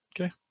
okay